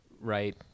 right